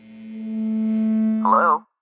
Hello